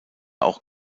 auch